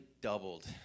doubled